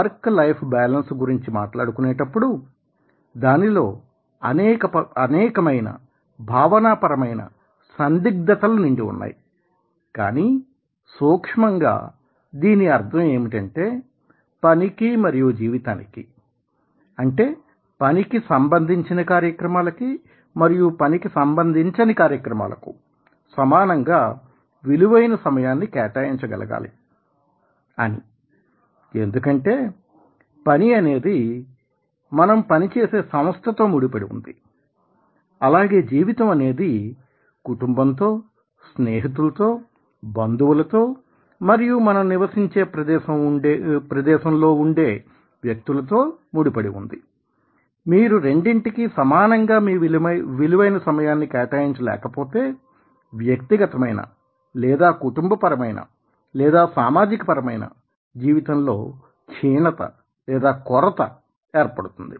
work life balance గురించి మాట్లాకునేటప్పుడు దానిలో అనేకమైన భావనాపరమైన సందిగ్ధతలు నిండి ఉన్నాయి కానీ సూక్ష్మంగా దీని అర్థం ఏమిటంటే పనికి మరియు జీవితానికి అంటే పనికి సంబంధించిన కార్యక్రమాలకి మరియు పనికి సంబంధించని కార్యక్రమాలకు సమానంగా విలువైన సమయాన్ని కేటాయించ గలగాలి అని ఎందుకంటే పని అనేది మనం పనిచేసే సంస్థతో ముడిపడి ఉంది అలాగే జీవితం అనేది కుటుంబంతో స్నేహితులతో బంధువులతో మరియు మనం నివసించే ప్రదేశంలో ఉండే వ్యక్తులతో ముడిపడి ఉంది మీరు రెండింటికీ సమానంగా మీ విలువైన సమయాన్ని కేటాయించ లేకపోతే వ్యక్తిగతమైన లేదా కుటుంబపరమైన లేదా సామాజిక పరమైన జీవితంలో క్షీణత లేదా కొరత ఏర్పడుతుంది